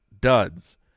duds